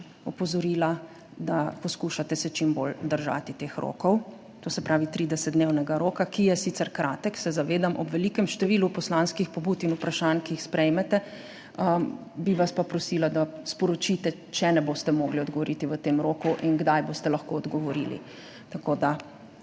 opozorila, da se poskušajte čim bolj držati teh rokov, to se pravi 30-dnevnega roka, ki je sicer kratek, se zavedam, ob velikem številu poslanskih pobud in vprašanj, ki jih prejmete. Bi vas pa prosila, da sporočite, če ne boste mogli odgovoriti v tem roku in kdaj boste lahko odgovorili. Toliko